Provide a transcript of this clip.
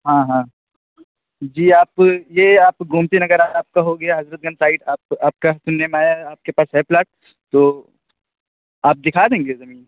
ہاں ہاں جی آپ یہ آپ گُومتی نگر آپ کا ہو گیا حضرت گنج سائڈ آپ آپ کا سُننے میں آیا ہے آپ کے پاس ہے پلاٹ تو آپ دِکھا دیں گے زمین